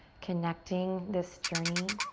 connecting this journey.